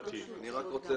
אני רק רוצה